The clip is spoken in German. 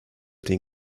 den